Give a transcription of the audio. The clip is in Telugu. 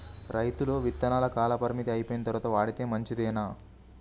రైతులు విత్తనాల కాలపరిమితి అయిపోయిన తరువాత వాడితే మంచిదేనా?